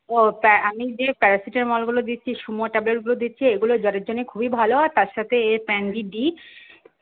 ও তা আমি যে প্যারাসিটামলগুলো দিচ্চি সুমো ট্যাবলেটগুলো দিচ্ছি এইগুলো জ্বরের জন্যে খুবই ভালো আর তার সাথে এ প্যান ডি দিই